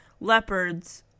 leopards